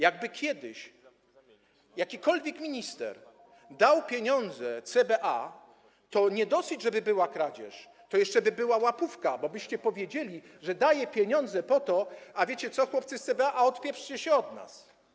Jakby kiedyś jakikolwiek minister dał pieniądze CBA, to nie dosyć, że by była kradzież, to jeszcze by była łapówka, bo byście powiedzieli, że daje pieniądze po to: a wiecie co, chłopcy z CBA, a odpieprzcie się od nas.